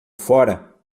fora